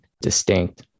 distinct